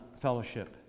fellowship